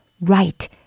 right